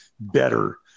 better